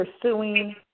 pursuing